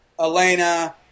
Elena